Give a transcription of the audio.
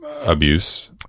abuse